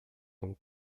com